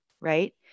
right